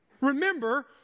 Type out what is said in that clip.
Remember